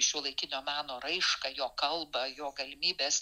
šiuolaikinio meno raišką jo kalbą jo galimybes